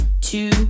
two